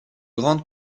grande